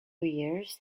years